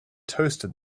toasted